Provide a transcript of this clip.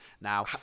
Now